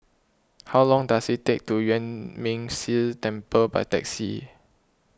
how long does it take to Yuan Ming Si Temple by taxi